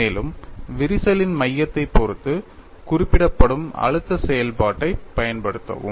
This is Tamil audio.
மேலும் விரிசலின் மையத்தைப் பொறுத்து குறிப்பிடப்படும் அழுத்த செயல்பாட்டைப் பயன்படுத்துவோம்